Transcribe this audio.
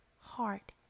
heart